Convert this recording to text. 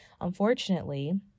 Unfortunately